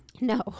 No